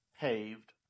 paved